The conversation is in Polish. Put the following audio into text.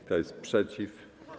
Kto jest przeciw?